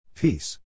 Peace